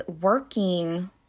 working